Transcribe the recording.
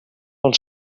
els